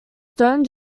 stone